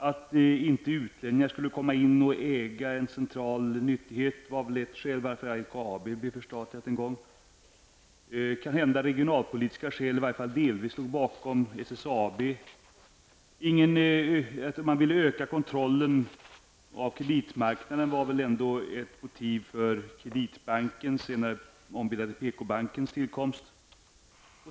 Att inte utlänningar skulle äga en central nyttighet var väl ett skäl till varför LKAB blev förstatligat. Kanhända att det var regionalpolitiska skäl som delvis låg bakom bildandet av SSAB. En ökning av kontrollen av kreditmarknaden var väl ett motiv för Kreditbanken, den senare ombildade PK-bankens tillkomst.